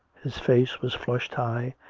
his face was flushed high,